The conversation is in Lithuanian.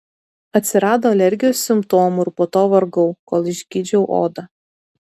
atsirado alergijos simptomų ir po to vargau kol išgydžiau odą